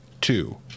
two